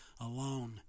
alone